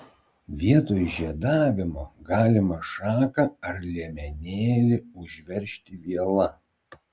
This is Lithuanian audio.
vietoj žiedavimo galima šaką ar liemenėlį užveržti viela